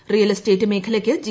real estate മേഖലയ്ക്ക് G